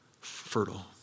fertile